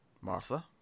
martha